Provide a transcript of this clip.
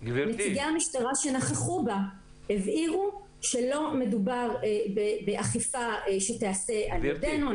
נציגי המשטרה שנכחו בהם הבהירו שלא מדובר באכיפה שתיעשה על ידינו.